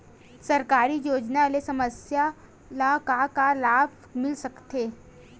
सरकारी योजना ले समस्या ल का का लाभ मिल सकते?